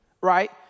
Right